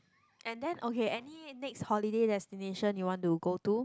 and then okay any next holiday destination you want to go to